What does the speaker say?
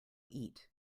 eat